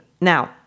Now